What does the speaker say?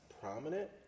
prominent